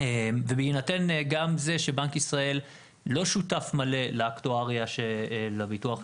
ובהינתן גם זה שבנק ישראל לא שותף מלא לאקטואריה של הביטוח הלאומי,